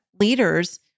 leaders